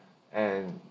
and